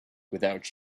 without